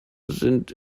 sind